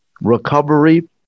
recovery